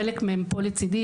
חלק מהם פה לצידי,